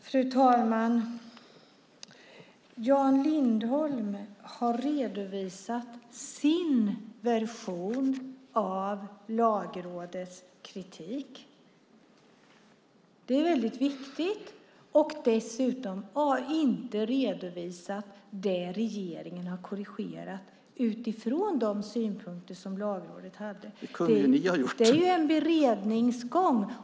Fru talman! Jan Lindholm har redovisat sin version av Lagrådets kritik. Det är väldigt viktigt. Han har dessutom inte redovisat det regeringen har korrigerat utifrån de synpunkter som Lagrådet hade. Det är en beredningsgång.